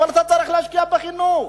אתה צריך להשקיע בחינוך.